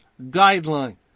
guideline